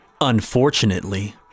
Unfortunately